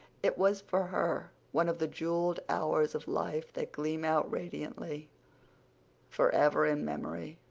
it was for her one of the jeweled hours of life that gleam out radiantly forever in memory.